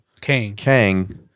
Kang